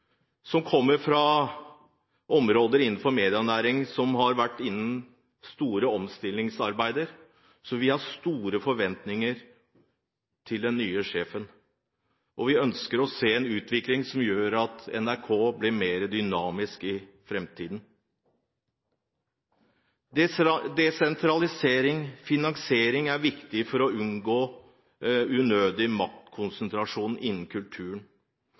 som kommer fra områder innenfor medienæringen som har vært utsatt for store omstillingsarbeider. Så vi har store forventninger til den nye sjefen, og vi ønsker å se en utvikling som gjør at NRK blir mer dynamisk i framtiden. Desentralisering og finansiering er viktig for å unngå unødig maktkonsentrasjon innen kulturen.